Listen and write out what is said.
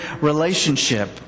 relationship